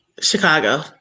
Chicago